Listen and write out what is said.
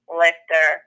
lifter